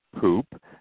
poop